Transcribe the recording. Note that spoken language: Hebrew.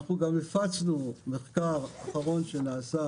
אנחנו גם הפצנו מחקר אחרון שנעשה